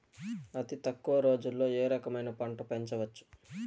అతి తక్కువ రోజుల్లో ఏ రకమైన పంట పెంచవచ్చు?